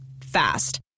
Fast